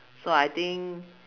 so I think